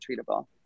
treatable